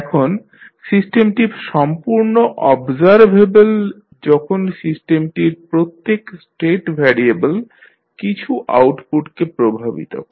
এখন সিস্টেমটি সম্পূর্ণ অবজারভেবল যখন সিস্টেমটির প্রত্যেক স্টেট ভ্যারিয়েবল কিছু আউটপুটকে প্রভাবিত করে